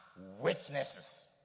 witnesses